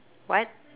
what